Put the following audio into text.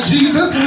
Jesus